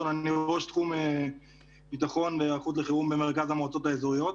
אני ראש תחום ביטחון והיערכות לחירום במרכז המועצות האזוריות.